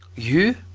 you?